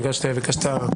בגלל שביקשת.